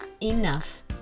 enough